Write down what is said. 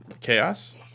Chaos